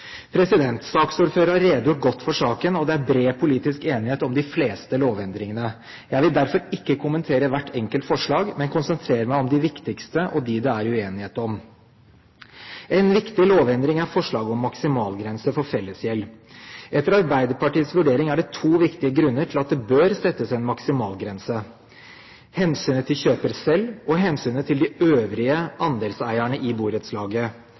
godt for saken, og det er bred politisk enighet om de fleste lovendringene. Jeg vil derfor ikke kommentere hvert enkelt forslag, men konsentrere meg om de viktigste og dem det er uenighet om. En viktig lovendring er forslaget om en maksimalgrense for fellesgjeld. Etter Arbeiderpartiets vurdering er det to viktige grunner til at det bør settes en maksimalgrense: hensynet til kjøper selv og hensynet til de øvrige andelseierne i borettslaget.